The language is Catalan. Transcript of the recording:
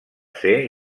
ser